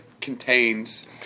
contains